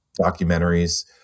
documentaries